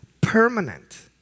permanent